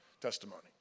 testimony